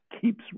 keeps